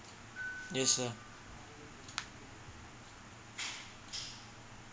yes sir